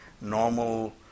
normal